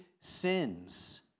sins